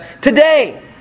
today